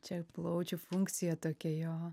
čia plaučių funkcija tokia jo